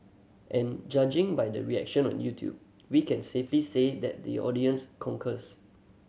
and judging by the reaction on YouTube we can safely say that the audience concurs